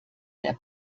der